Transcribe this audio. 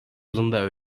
yılında